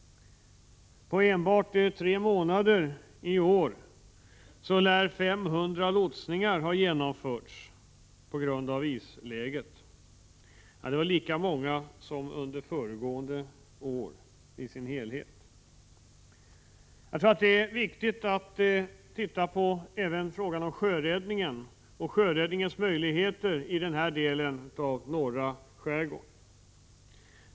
På enbart tre månader i år lär 500 lotsningar ha genomförts på grund av isläget. Det är lika många som under hela föregående året. Det är viktigt att titta även på frågan om sjöräddningen och dess möjligheter i denna del av norra skärgården.